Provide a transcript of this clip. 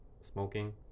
smoking